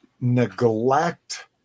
neglect